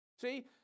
See